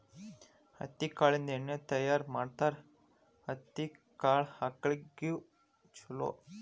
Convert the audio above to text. ಹತ್ತಿ ಕಾಳಿಂದ ಎಣ್ಣಿ ತಯಾರ ಮಾಡ್ತಾರ ಹತ್ತಿ ಕಾಳ ಆಕಳಗೊಳಿಗೆ ಚುಲೊ